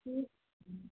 ठीक है